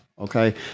okay